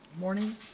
morning